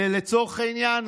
לצורך העניין,